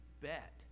bet